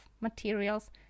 materials